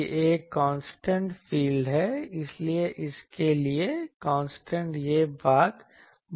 यह एक constant field है इसलिए इसके लिए कॉन्स्टंट यह बात बन जाती है